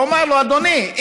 לומר לו: אדוני,